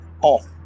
off